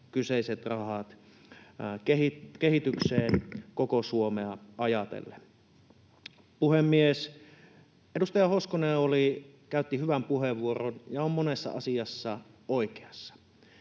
kyseiset rahat kehitykseen koko Suomea ajatellen. Puhemies! Edustaja Hoskonen käytti hyvän puheenvuoron ja on monessa asiassa oikeassa.